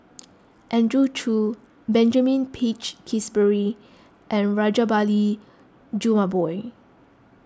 Andrew Chew Benjamin Peach Keasberry and Rajabali Jumabhoy